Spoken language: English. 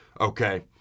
okay